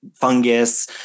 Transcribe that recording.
Fungus